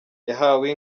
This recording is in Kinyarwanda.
yahawe